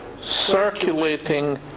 circulating